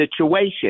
situation